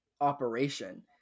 operation